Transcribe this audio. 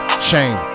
Shame